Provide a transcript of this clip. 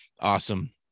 awesome